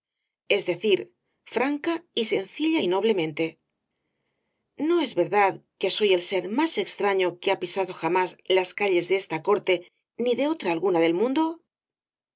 es decir franca sencilla y noblemente no es verdad que soy el ser más extraño que ha pisado jamás las calles de esta corte ni de otra alguna del mundo